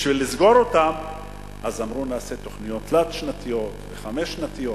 כדי לסגור אותם אמרו: אז נעשה תוכניות תלת-שנתיות וחמש-שנתיות.